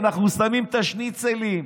אנחנו שמים את השניצלים.